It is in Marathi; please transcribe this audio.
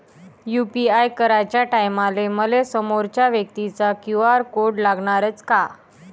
यू.पी.आय कराच्या टायमाले मले समोरच्या व्यक्तीचा क्यू.आर कोड लागनच का?